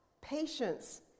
patience